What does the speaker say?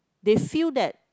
they feel that